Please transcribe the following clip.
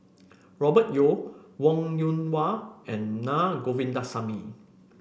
Robert Yeo Wong Yoon Wah and Naa Govindasamy